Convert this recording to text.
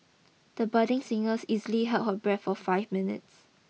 the budding singer easily held her breath for five minutes